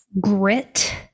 grit